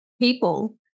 people